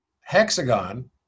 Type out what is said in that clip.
hexagon